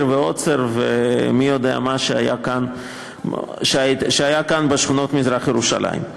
ועוצר ומי יודע מה שהיה כאן בשכונות מזרח-ירושלים.